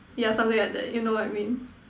yeah something like that you know what I mean